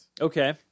Okay